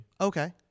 Okay